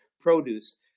produce